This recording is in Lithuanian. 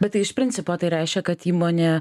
bet tai iš principo tai reiškia kad įmonė